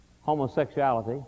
homosexuality